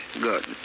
Good